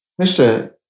Mr